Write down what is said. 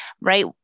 right